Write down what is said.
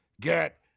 get